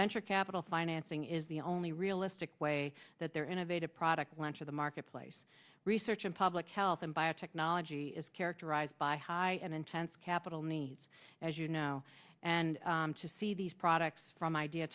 venture capital financing is the only realistic way that there innovative product launch of the marketplace research in public health and biotechnology is characterized by high and intense capital needs as you know and to see these products from idea